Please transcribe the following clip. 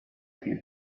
him